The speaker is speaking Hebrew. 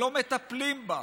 שלא מטפלים בה.